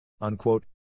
unquote